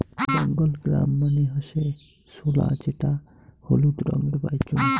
Bengal gram মানে হসে ছোলা যেটা হলুদ রঙে পাইচুঙ